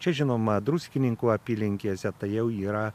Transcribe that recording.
čia žinoma druskininkų apylinkėse tai jau yra